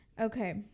Okay